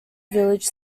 village